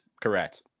Correct